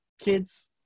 kids